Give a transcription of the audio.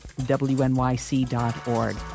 wnyc.org